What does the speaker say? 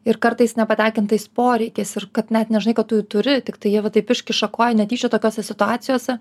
ir kartais nepatenkintais poreikiais ir kad net nežinai kad tu jų turi tiktai jie va taip iškiša koją netyčia tokiose situacijose